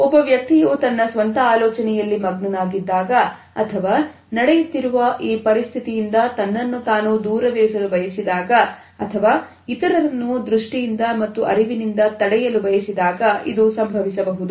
ಒಬ್ಬ ವ್ಯಕ್ತಿಯು ತನ್ನ ಸ್ವಂತ ಆಲೋಚನೆಯಲ್ಲಿ ಮಗ್ನನಾಗಿದ್ದಾಗ ಅಥವಾ ನಡೆಯುತ್ತಿರುವ ಈ ಪರಿಸ್ಥಿತಿಯಿಂದ ತನ್ನನ್ನು ತಾನು ದೂರವಿರಿಸಲು ಬಯಸಿದಾಗ ಅಥವಾ ಇತರರನ್ನು ದೃಷ್ಟಿಯಿಂದ ಮತ್ತು ಅರಿವಿನಿಂದ ತಡೆಯಲು ಬಯಸಿದಾಗ ಇದು ಸಂಭವಿಸಬಹುದು